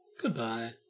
goodbye